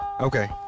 Okay